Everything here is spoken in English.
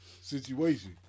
situation